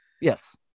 Yes